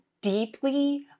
deeply